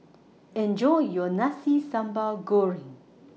Enjoy your Nasi Sambal Goreng